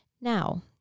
Now